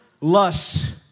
Lust